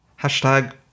hashtag